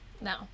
no